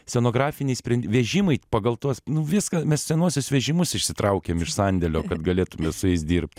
scenografiniai sprendi vežimai pagal tuos nu viską mes senuosius vežimus išsitraukėm iš sandėlio kad galėtume su jais dirbt